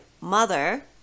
mother